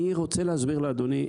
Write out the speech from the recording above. אני רוצה להסביר לאדוני,